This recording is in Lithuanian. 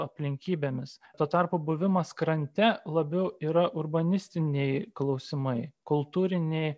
aplinkybėmis tuo tarpu buvimas krante labiau yra urbanistiniai klausimai kultūriniai